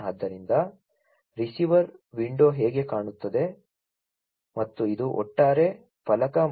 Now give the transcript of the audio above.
ಆದ್ದರಿಂದ receiver window ಹೇಗೆ ಕಾಣುತ್ತದೆ ಮತ್ತು ಇದು ಒಟ್ಟಾರೆ ಫಲಕ ಮತ್ತು